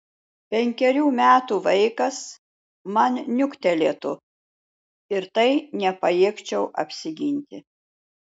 penkerių metų vaikas man niuktelėtų ir tai nepajėgčiau apsiginti